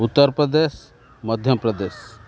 Uttar Pradesh Madhya Pradesh